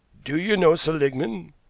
do you know seligmann?